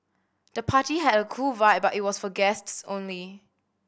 the party had a cool vibe but it was for guests only